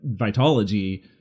Vitology